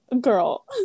Girl